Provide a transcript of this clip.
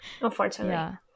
unfortunately